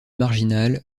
marginal